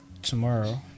Tomorrow